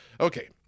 Okay